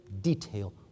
detail